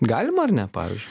galima ar ne pavyzdžiui